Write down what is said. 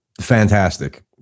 fantastic